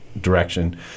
direction